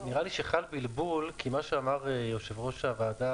נראה לי שחל בלבול כי מה שאמר יושב-ראש הוועדה,